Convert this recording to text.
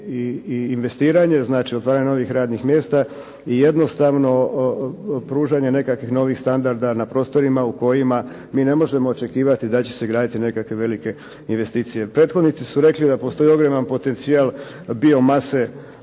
i investiranje, otvaranje novih radnih mjesta i jednostavno pružanje nekakvih novih standardima u kojima mi ne možemo očekivati da će se graditi nekakve velike investicije. Prethodnici su rekli da postoji jedan ogroman potencijal bio mase